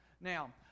Now